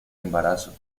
embarazo